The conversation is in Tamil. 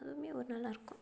அதுவுமே ஒரு நல்லாயிருக்கும்